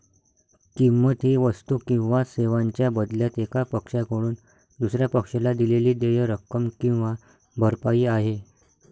किंमत ही वस्तू किंवा सेवांच्या बदल्यात एका पक्षाकडून दुसर्या पक्षाला दिलेली देय रक्कम किंवा भरपाई आहे